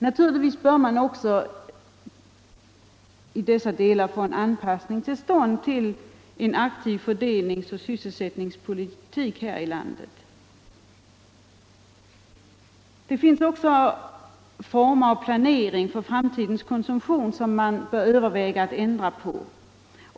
Naturligtvis bör också en anpassning ske till en aktiv fördelningsoch sysselsättningspolitik här i landet. Det finns också former av planering för framtidens konsumtion som kan behöva ändras.